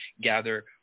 gather